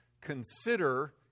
consider